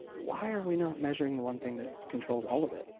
why are we not measuring the one thing that controls all of it?